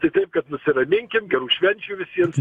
tai taip kad nusiraminkim gerų švenčių visiem